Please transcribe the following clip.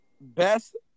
best